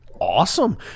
Awesome